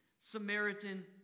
Samaritan